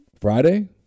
Friday